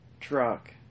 truck